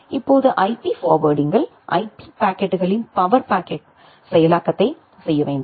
இப்போது ஐபி ஃபார்வேர்டிங்கில் ஐபி பாக்கெட்டுகளின் பவர் பாக்கெட் செயலாக்கத்தை செய்ய வேண்டும்